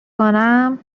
کنم